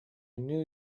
knew